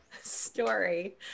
story